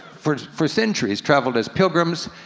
for for centuries, traveled as pilgrims,